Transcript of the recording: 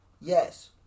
Yes